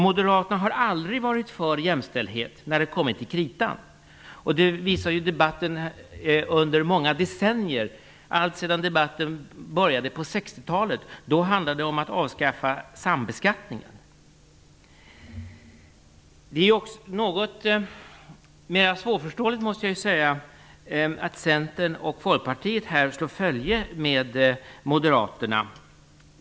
Moderaterna har aldrig varit för jämställdhet när det har kommit till kritan. Det har debatten under decennier visat, alltsedan debatten på 60 talet om att avskaffa sambeskattningen. Mer svårförståeligt är det att Centern och Folkpartiet slår följe med Moderaterna.